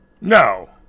No